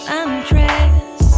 undress